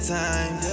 time